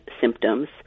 symptoms